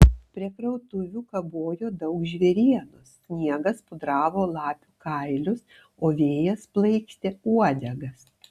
prie krautuvių kabojo daug žvėrienos sniegas pudravo lapių kailius o vėjas plaikstė uodegas